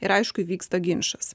ir aišku įvyksta ginčas